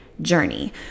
Journey